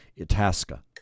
Itasca